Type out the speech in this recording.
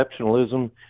exceptionalism